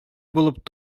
булып